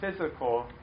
physical